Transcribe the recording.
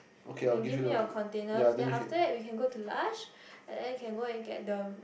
you can give me your containers then after that we can go to Lush and then we can go and get the